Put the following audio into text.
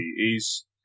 East